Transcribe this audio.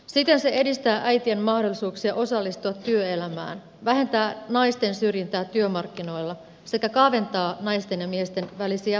siten se edistää äitien mahdollisuuksia osallistua työelämään vähentää naisten syrjintää työmarkkinoilla sekä kaventaa naisten ja miesten välisiä tuloeroja